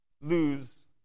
lose